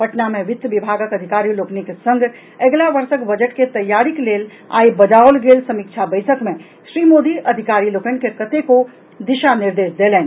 पटना मे वित्त विभागक अधिकारी लोकनिक संग अगिला वर्षक बजट के तैयारीक लेल आइ बजाओल गेल समीक्षा बैसक मे श्री मोदी अधिकारी लोकनि के कतेको दिशा निर्देश देलनि